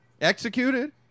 Executed